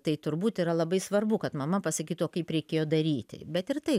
tai turbūt yra labai svarbu kad mama pasakytų o kaip reikėjo daryti bet ir tai